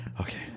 Okay